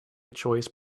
choice